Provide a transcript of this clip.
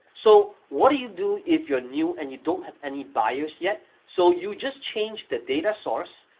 so what do you do if you're new and you don't have any buyers yet? so you just change the data source,